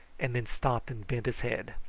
and then stopped and bent his head.